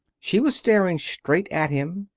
she was staring straight at him,